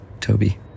Toby